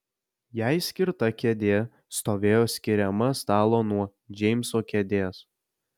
jai skirta kėdė stovėjo skiriama stalo nuo džeimso kėdės